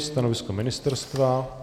Stanovisko ministerstva?